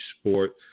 sport